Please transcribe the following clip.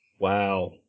Wow